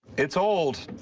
it's old.